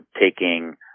taking